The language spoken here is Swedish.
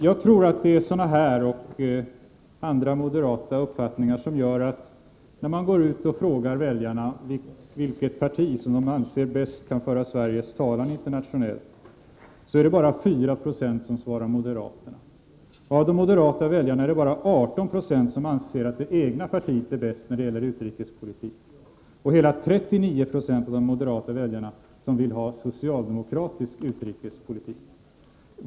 Jag tror att det är sådana här och andra moderata uppfattningar som gör att när man frågar väljarna, vilket parti de anser bäst kan föra Sveriges talan i internationella sammanhang, är det bara 4 76 som svarar moderaterna. Och av de moderata väljarna är det bara 18 76 som anser att deras eget parti är bäst när det gäller utrikespolitiken, medan hela 39 96 av dem vill ha en socialdemokratisk utrikespolitik.